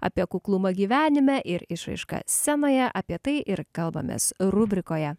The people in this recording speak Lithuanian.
apie kuklumą gyvenime ir išraišką scenoje apie tai ir kalbamės rubrikoje